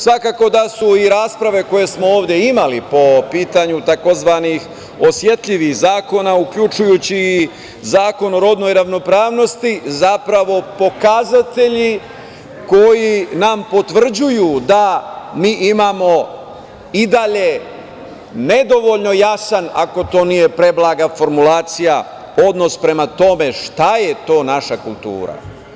Svakako da su i rasprave koje smo ovde imali po pitanju tzv. osetljivih zakona, uključujući i Zakon o rodnoj ravnopravnosti, zapravo, pokazatelji koji nam potvrđuju da mi imamo i dalje nedovoljno jasan, ako to nije preblaga formulacija, odnos prema tome šta je to naša kultura.